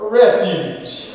refuge